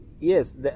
Yes